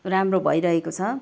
राम्रो भइरहेको छ